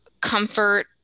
comfort